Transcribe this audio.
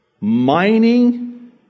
mining